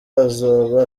azoba